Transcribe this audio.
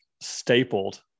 stapled